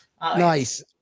Nice